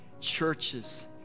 churches